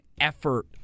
effort